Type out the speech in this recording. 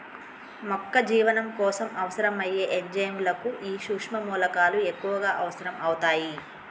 మొక్క జీవనం కోసం అవసరం అయ్యే ఎంజైముల కు ఈ సుక్ష్మ మూలకాలు ఎక్కువగా అవసరం అవుతాయి